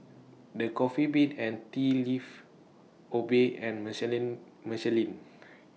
The Coffee Bean and Tea Leaf Obey and Michelin Michelin